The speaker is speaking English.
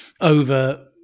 over